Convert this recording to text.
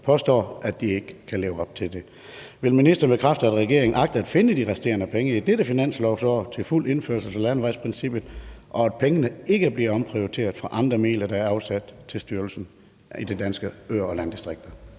påstår, at de ikke kan leve op til det. Vil ministeren bekræfte, at regeringen agter at finde de resterende penge i dette finanslovsår til fuld indførelse af landevejsprincippet, og at pengene ikke bliver omprioriteret fra andre midler, der er afsat til danske øer og landdistrikter?